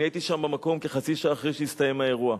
אני הייתי שם במקום כחצי שעה אחרי שהסתיים האירוע,